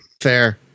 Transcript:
Fair